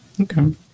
okay